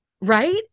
Right